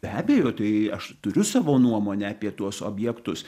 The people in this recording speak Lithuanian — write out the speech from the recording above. be abejo tai aš turiu savo nuomonę apie tuos objektus